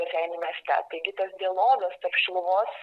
raseinių mieste taigi tas dialogas tarp šiluvos